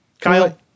kyle